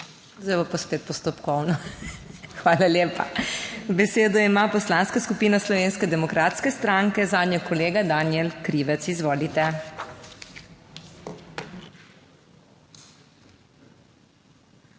Zdaj bo pa spet postopkovno. Hvala lepa. Besedo ima Poslanska skupina Slovenske demokratske stranke, zanjo kolega Danijel Krivec. Izvolite.